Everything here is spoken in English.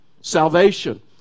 Salvation